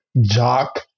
jock